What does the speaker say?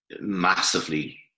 massively